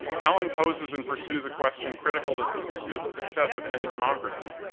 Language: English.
allen poses and pursues a question critical to to the success of any democracy,